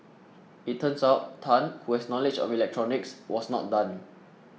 it turns out Tan who has knowledge of electronics was not done